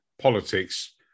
politics